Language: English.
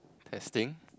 testing